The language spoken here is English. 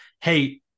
hey